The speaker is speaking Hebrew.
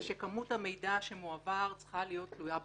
ושכמות המידע שמועבר צריכה להיות תלויה באינטרסים,